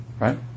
right